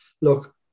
look